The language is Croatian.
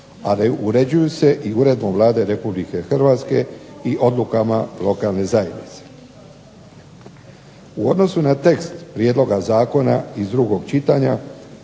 a uređuju se i uredbom Vlade Republike Hrvatske i odredbama lokalne zajednice. U odnosu na tekst prijedloga zakona iz drugog čitanja,